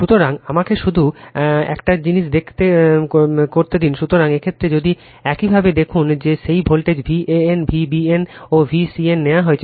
সুতরাং আমাকে শুধু আমাকে এটা এই জিনিস করতে দিন সুতরাং এই ক্ষেত্রে যদি একইভাবে দেখুন যে সেই ভোল্টেজ Van Vbn ও Vcn নেওয়া হয়েছে